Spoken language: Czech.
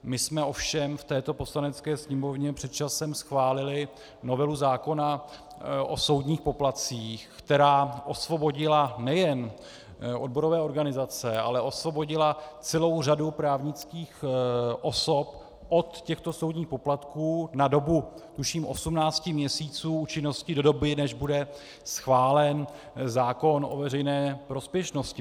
My jsme ovšem v této Poslanecké sněmovně před časem schválili novelu zákona o soudních poplatcích, která osvobodila nejen odborové organizace, ale osvobodila celou řadu právnických osob od těchto soudních poplatků na dobu tuším 18 měsíců účinnosti do doby, než bude schválen zákon o veřejné prospěšnosti.